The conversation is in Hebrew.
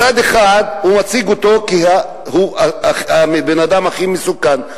מצד אחד הוא מציג אותו כבן-אדם הכי מסוכן.